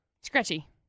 scratchy